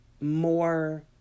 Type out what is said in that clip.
more